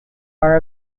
are